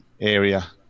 area